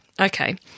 Okay